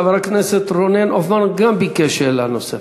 חבר הכנסת רונן הופמן ביקש גם הוא שאלה נוספת.